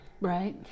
Right